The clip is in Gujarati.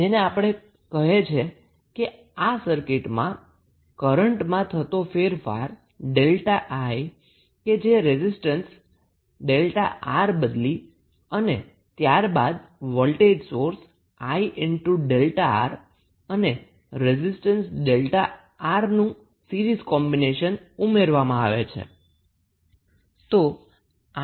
જે આપણને કહે છે કે આ સર્કિટમાં કરન્ટમાં થતો ફેરફાર 𝛥𝐼 કે જે રેઝિસ્ટન્સ 𝛥𝑅 બદલી અને ત્યારબાદ વોલ્ટેજ સોર્સ 𝐼𝛥𝑅 અને રેઝિસ્ટન્સ 𝛥𝑅નું સીરીઝ કોમ્બીનેશન ઉમેરવામાં આવે છે